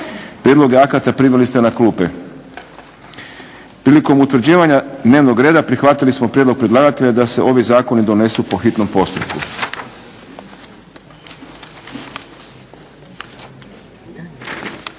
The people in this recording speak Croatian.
Prijedloge akata primili ste na klupe. Prilikom utvrđivanja dnevnog reda prihvatili smo prijedlog predlagatelja da se ovi zakoni donesu po hitnom postupku.